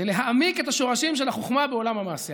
זה להעמיק את השורשים של החוכמה בעולם המעשה,